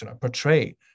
portray